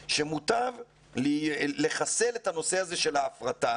מפטרים, מחזירים, מפטרים ומחזירים.